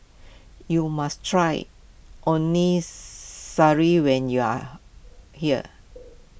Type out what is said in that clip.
you must try Onisari when you are here